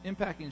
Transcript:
impacting